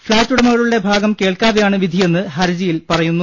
flat ഉടമകളുടെ ഭാഗം കേൾക്കാതെ യാണ് വിധിയെന്ന് ഹർജിയിൽ പറയുന്നു